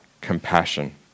compassion